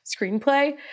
screenplay